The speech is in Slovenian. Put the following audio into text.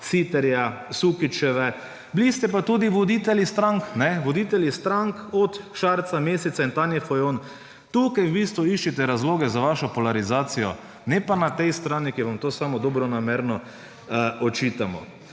Siterja, Sukičeve, bili ste pa tudi voditelji strank od Šarca, Mesca in Tanje Fajon. Tukaj v bistvu iščite razloge za vašo polarizacijo, ne pa na tej strani, ko vam to samo dobronamerno očitamo.